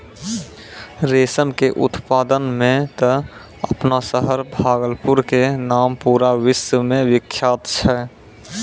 रेशम के उत्पादन मॅ त आपनो शहर भागलपुर के नाम पूरा विश्व मॅ विख्यात छै